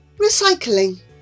Recycling